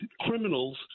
criminals